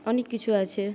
অনেক কিছু আছে